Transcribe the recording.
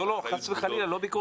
לא, חס וחלילה, לא ביקורת.